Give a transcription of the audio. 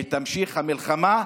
ותימשך המלחמה,